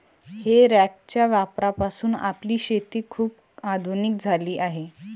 हे रॅकच्या वापरामुळे आपली शेती खूप आधुनिक झाली आहे